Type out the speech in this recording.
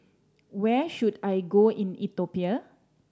where should I go in Ethiopia